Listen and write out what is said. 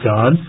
God